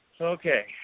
Okay